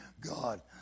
God